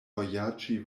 vojaĝi